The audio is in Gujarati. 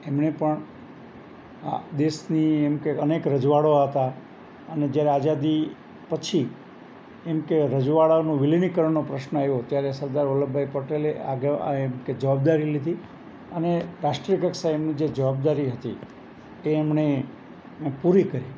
એમને પણ આ દેશની એમ કે અનેક રજવાડાઓ હતાં અને જયારે આઝાદી પછી એમ કે રજવાડાનું વિલીનીકરણનો પ્રશ્ન આવ્યો ત્યારે સરદાર વલ્લભભાઈ પટેલે એમ કે જવાબદારી લીધી અને રાષ્ટ્રીય કક્ષાએ એમની જે જવાબદારી હતી તે એમણે પૂરી કરી